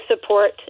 support